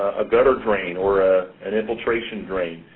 a gutter drain or ah an infiltration drain?